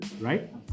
right